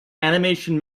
animation